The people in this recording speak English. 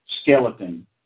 skeleton